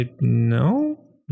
no